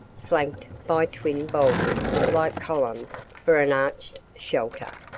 flanked by twin boulders like columns for an arched shelter.